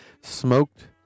Smoked